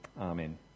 Amen